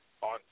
on